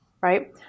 right